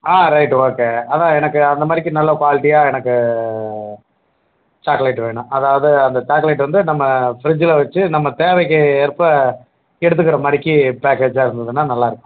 ஆ right okay அதான் எனக்கு அந்த மாதிரிக்கி நல்ல குவாலிட்டியாக எனக்கு சாக்லேட் வேணும் அதாவது அந்த சாக்லேட் வந்து நம்ம ஃப்ரிட்ஜில் வச்சி நம்ம தேவைக்கு ஏற்ப எடுத்துக்கிற மாதிரிக்கி பேக்கேஜாக இருந்துதுன்னால் நல்லாருக்கும்